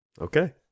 Okay